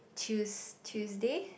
tues~ Tuesday